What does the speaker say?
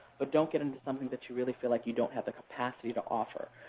but don't get into something that you really feel like you don't have the capacity to offer.